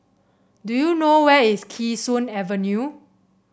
do you know where is Kee Sun Avenue